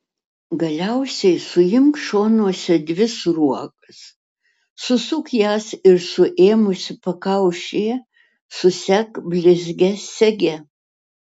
galiausiai suimk šonuose dvi sruogas susuk jas ir suėmusi pakaušyje susek blizgia sege